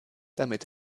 damit